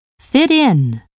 Fit-in